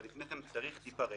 לפני כן צריך טיפה רקע.